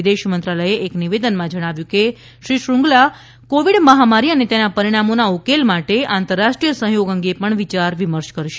વિદેશ મંત્રાલયે એક નિવેદનમાં જણાવ્યું કે શ્રી શ્રુંગલા કોવિડ મહામારી અને તેના પરિણામોના ઉકેલ માટે આંતરરાષ્ટ્રીય સહયોગ અંગે પણ વિયાર વિમર્શ કરશે